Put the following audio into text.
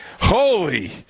holy